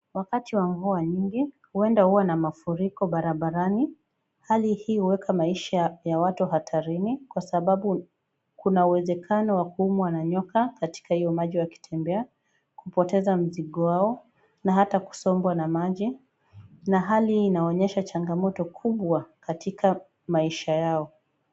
Wakati wa mvua nyingi, huenda uwe na mafuriko barabarani, hali hii huweka maisha ya watu hatarini, kwa sababu kuwezekano wa kuumwa na nyoka katika hiyo maji ya kitembea, kupoteza mzigo wao na hata kusombwa na maji. Na hali hii inaonyesha changamoto kubwa katika maisha yao.